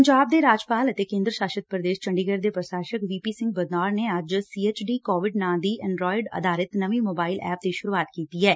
ਪੰਜਾਬ ਦੇ ਰਾਜਪਾਲ ਅਤੇ ਕੇਂਦਰ ਸ਼ਾਸਿਤ ਪ੍ਦੇਸ਼ ਚੰਡੀਗੜੁ ਦੇ ਪ੍ਸ਼ਾਸਕ ਵੀਪੀ ਸਿੰਘ ਬਦਨੌਰ ਨੇ ਅੱਜ ਚੰਡੀਗੜੁ ਕੋਵਿਡ ਨਾਂ ਦੀ ਐਂਡਰਾਇਡ ਆਧਾਰਿਤ ਨਵੀ ਮੋਬਾਇਲ ਐਪ ਦੀ ਸ਼ੁਰੁਆਤ ਕੀਤੀ ਏ